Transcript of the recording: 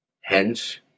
Hence